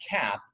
cap